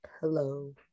Hello